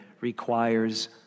requires